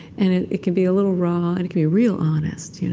and it it can be a little raw. and it can be real honest.